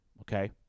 okay